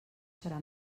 serà